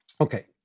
Okay